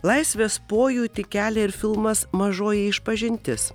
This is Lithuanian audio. laisvės pojūtį kelia ir filmas mažoji išpažintis